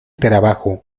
trabajo